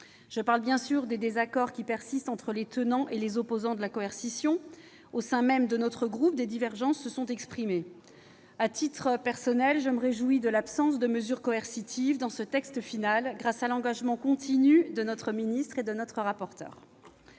Je parle, bien sûr, des désaccords qui persistent entre les tenants et les opposants de la coercition. Au sein même de notre groupe, des divergences se sont exprimées. À titre personnel, je me réjouis de l'absence de mesures coercitives dans ce texte final, grâce à l'engagement continu de la ministre et de notre rapporteur.